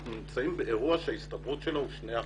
אנחנו נמצאים באירוע שההסתברות שלו היא שני אחוזים,